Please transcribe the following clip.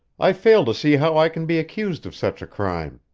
i fail to see how i can be accused of such a crime.